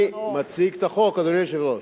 אני מציג את החוק, אדוני היושב-ראש.